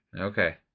Okay